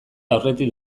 aurretik